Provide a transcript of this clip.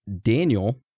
Daniel